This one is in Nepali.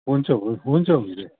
हुन्छ हुन्छ हुन्छ